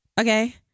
Okay